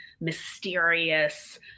mysterious